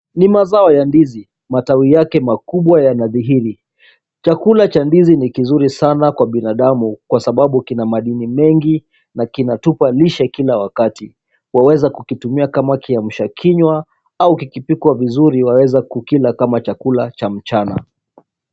Ni mazao ya ndizi. Matawi yake makubwa yanadhihiri. Chakula cha ndizi ni kizuri sana kwa binadamu kwasababu kina madini mengi na kinatupa lishe Kila wakati . Waeza kumitumia kama kiamsha kinywa ama kikipikwa vizuri waeza kukula kama chakula cha mchana.